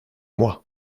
moi